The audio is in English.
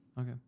Okay